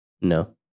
No